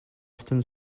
often